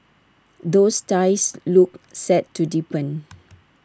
those ties look set to deepen